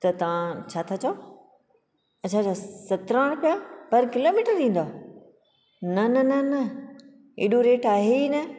त तव्हां छा था चओ अच्छा अच्छा सत्रां रूपिया पर किलोमीटर ॾींदा न न न न एॾो रेट आहे ई न